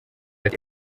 ati